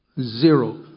Zero